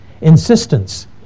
insistence